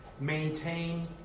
maintain